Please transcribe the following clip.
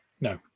No